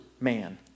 man